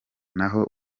naho